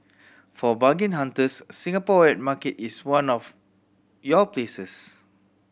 for bargain hunters Singapore wet market is one of your places